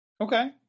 Okay